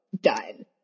done